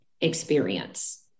experience